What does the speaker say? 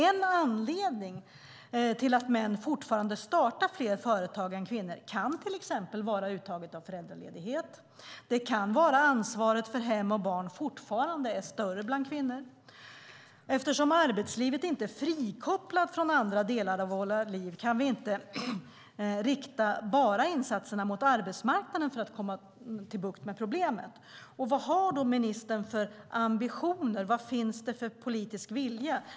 En anledning till att fler män fortfarande startar företag än kvinnor kan till exempel vara uttaget av föräldraledighet. Det kan vara så att ansvaret för hem och barn fortfarande är större hos kvinnor. Eftersom arbetslivet inte är frikopplat från andra delar av våra liv kan vi inte rikta insatserna bara mot arbetsmarknaden för att få bukt med problemet. Vad har ministern för ambitioner? Vad finns det för politisk vilja?